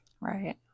Right